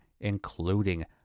including